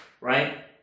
right